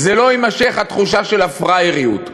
זה לא יימשך, התחושה של הפראייריות.